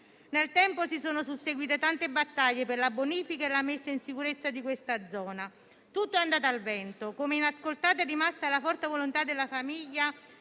Nel tempo si sono susseguite tante battaglie per la bonifica e la messa in sicurezza di questa zona. Tutto è andato al vento, come inascoltata è rimasta la forte volontà della famiglia,